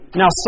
now